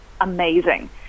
amazing